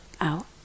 out